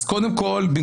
אז קודם כל,